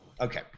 Okay